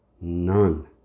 None